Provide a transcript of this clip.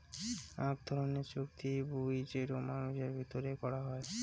আক ধরণের চুক্তি বুই যেটো মানুষের ভিতরে করাং হউ